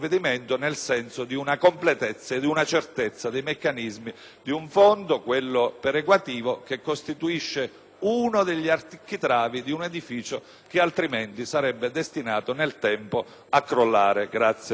uno degli architravi di un edificio che altrimenti sarebbe destinato nel tempo a crollare.